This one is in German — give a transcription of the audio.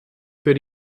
für